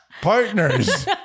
Partners